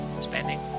spending